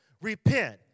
Repent